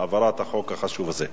העברת החוק החשוב הזה.